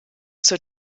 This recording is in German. zur